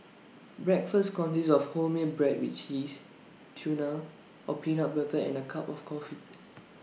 breakfast consists of wholemeal bread with cheese tuna or peanut butter and A cup of coffee